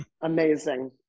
Amazing